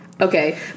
okay